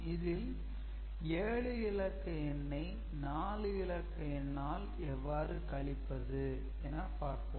இதில் 7 இலக்க எண்ணை 4 இலக்க எண்ணால் எவ்வாறு கழிப்பது என பார்ப்போம்